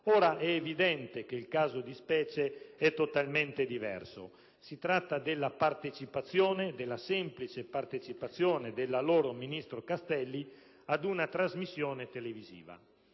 È evidente che il caso di specie è totalmente diverso. Si tratta della semplice partecipazione dell'allora ministro Castelli a una trasmissione televisiva.